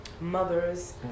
mothers